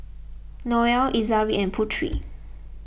Noah Izara and Putri